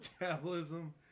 metabolism